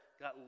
got